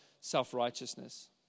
self-righteousness